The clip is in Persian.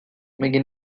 مگه